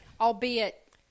albeit